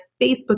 Facebook